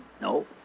No